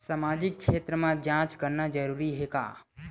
सामाजिक क्षेत्र म जांच करना जरूरी हे का?